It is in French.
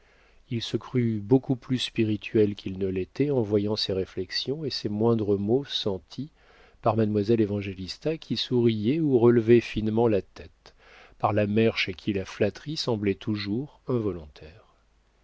il se crut beaucoup plus spirituel qu'il ne l'était en voyant ses réflexions et ses moindres mots sentis par mademoiselle évangélista qui souriait ou relevait finement la tête par la mère chez qui la flatterie semblait toujours